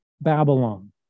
Babylon